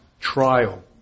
trial